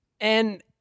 And-